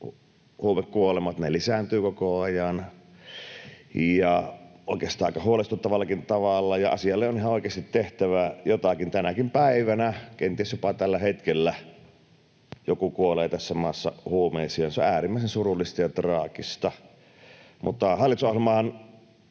huumekuolemat lisääntyvät koko ajan, ja oikeastaan aika huolestuttavallakin tavalla, ja asialle on ihan oikeasti tehtävä jotakin. Tänäkin päivänä, kenties jopa tällä hetkellä, joku kuolee tässä maassa huumeisiin, ja se on äärimmäisen surullista ja traagista. Hallitusohjelmaan